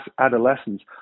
adolescents